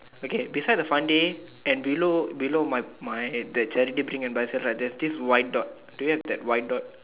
okay beside the fun day and below below my my that charity drink and buy sale right there is this white dot do you have that white dot